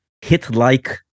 hit-like